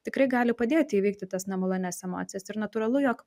tikrai gali padėti įveikti tas nemalonias emocijas ir natūralu jog